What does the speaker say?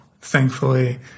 thankfully